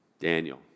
Daniel